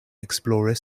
explorer